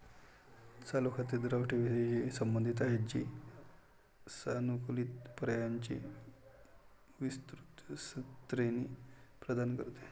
चालू खाती द्रव ठेवींशी संबंधित आहेत, जी सानुकूलित पर्यायांची विस्तृत श्रेणी प्रदान करते